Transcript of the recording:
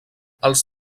els